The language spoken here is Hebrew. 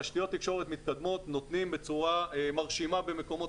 תשתיות תקשורת מתקדמות נותנות בצורה מרשימה במקומות